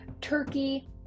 turkey